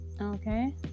Okay